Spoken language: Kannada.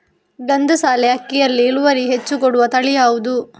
ಗಂಧಸಾಲೆ ಅಕ್ಕಿಯಲ್ಲಿ ಇಳುವರಿ ಹೆಚ್ಚು ಕೊಡುವ ತಳಿ ಯಾವುದು?